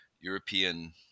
European